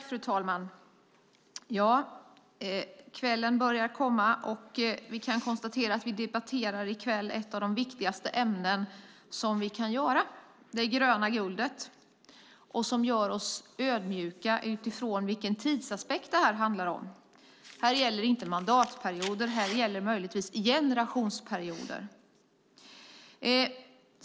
Fru talman! I kväll debatterar vi ett av de allra viktigaste ämnena, det gröna guldet. Det gör oss ödmjuka med tanke på tidsaspekten. Här gäller inte mandatperioder. Här gäller möjligtvis generationsperioder.